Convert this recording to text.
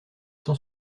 cent